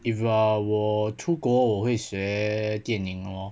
if ah 我出国我会学电影哦